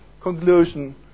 conclusion